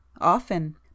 often